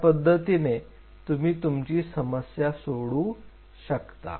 अशा पद्धतीने तुम्ही तुमची समस्या सोडवू शकता